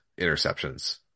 interceptions